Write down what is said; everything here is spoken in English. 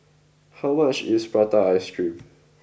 how much is Prata Ice Cream